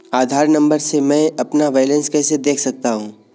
आधार number से मैं अपना बैलेंस कैसे देख सकता हूँ?